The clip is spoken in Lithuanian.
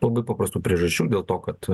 labai paprastų priežasčių dėl to kad